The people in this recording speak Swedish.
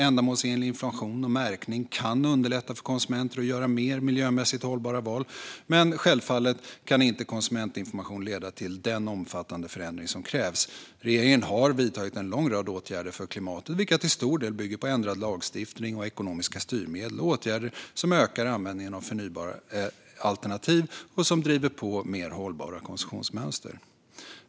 Ändamålsenlig information och märkning kan underlätta för konsumenter att göra mer miljömässigt hållbara val, men självfallet kan inte konsumentinformation leda till den omfattande förändring som krävs. Regeringen har vidtagit en lång rad åtgärder för klimatet, vilka till stor del bygger på ändrad lagstiftning och ekonomiska styrmedel och åtgärder som ökar användningen av förnybara alternativ och som driver på mer hållbara konsumtionsmönster.